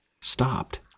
stopped